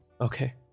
okay